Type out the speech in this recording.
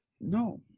No